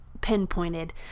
pinpointed